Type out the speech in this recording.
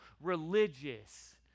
religious